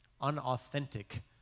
unauthentic